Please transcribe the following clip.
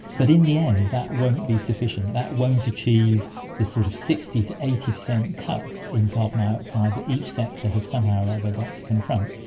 but in the end that won't be sufficient, that won't achieve the sort of sixty percent to eighty percent cuts in carbon dioxide that each sector has somehow or other got to confront.